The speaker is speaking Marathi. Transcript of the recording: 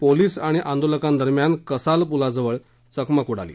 पोलिस आणि आंदोलकांदरम्यान कसाल पुलाजवळ चकमक उडाली